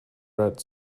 red